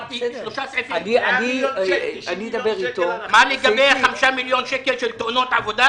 מה לגבי 5 מיליון לתאונות עבודה,